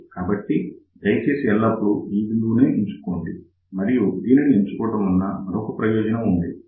కాబట్టి దయచేసి ఎల్లప్పుడూ ఈ బిందువు నే ఎంచుకోండి మరియు దీనిని ఎంచుకోవడం వలన మరొక ప్రయోజనం ఉంది